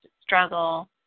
struggle